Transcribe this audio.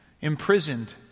imprisoned